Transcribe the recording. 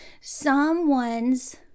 someone's